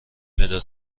مداد